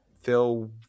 Phil